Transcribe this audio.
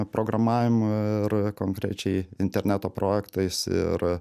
programavimu ir konkrečiai interneto projektais ir